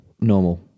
normal